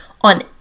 on